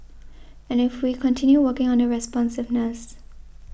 and we will continue working on the responsiveness